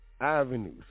avenues